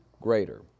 greater